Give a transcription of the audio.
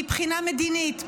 מבחינה מדינית,